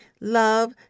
love